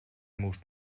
moest